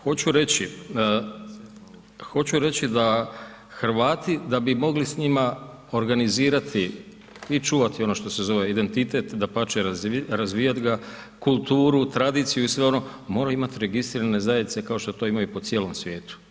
Hoću reći, hoću reći da Hrvati da bi mogli s njima organizirati i čuvati ono što se zove identitet, dapače razvijati ga, kulturu, tradiciju i sve ono mora imati registrirane zajednice kao što to imaju po cijelom svijetu.